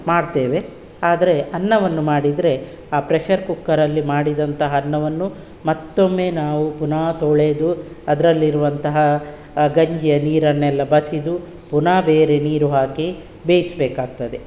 ಮಾಡ್ತೇವೆ ಆದರೆ ಅನ್ನವನ್ನು ಮಾಡಿದರೆ ಆ ಪ್ರೆಷರ್ ಕುಕ್ಕರಲ್ಲಿ ಮಾಡಿದಂತ ಅನ್ನವನ್ನು ಮತ್ತೊಮ್ಮೆ ನಾವು ಪುನಃ ತೊಳೆದು ಅದರಲ್ಲಿರುವಂತಹ ಗಂಜಿಯ ನೀರನ್ನೆಲ್ಲ ಬಸಿದು ಪುನಃ ಬೇರೆ ನೀರು ಹಾಕಿ ಬೇಯಿಸಬೇಕಾಗ್ತದೆ